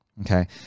Okay